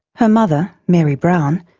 her mother, mary brown,